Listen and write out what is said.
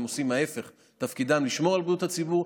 להפך, תפקידם לשמור על בריאות הציבור.